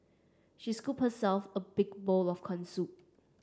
she scooped herself a big bowl of corn soup